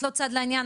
את לא צד לעניין,